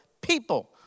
people